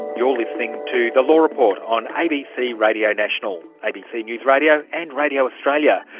you're listening to the law report on abc radio national, abc news radio and radio australia.